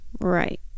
Right